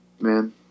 man